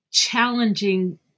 challenging